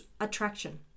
attraction